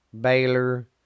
Baylor